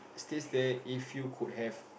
it states there if you could have